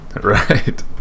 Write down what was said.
Right